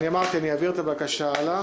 אמרתי שאני אעביר את הבקשה הלאה.